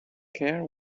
care